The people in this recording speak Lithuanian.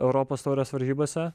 europos taurės varžybose